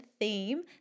theme